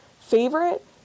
favorite